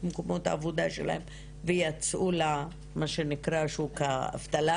מקומות העבודה שלהן ויצאו למה שנקרא "שוק האבטלה"